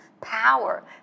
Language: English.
power